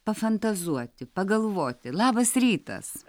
pafantazuoti pagalvoti labas rytas